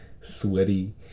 sweaty